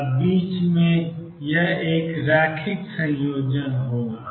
और बीच में यह एक रैखिक संयोजन होगा